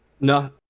No